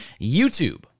YouTube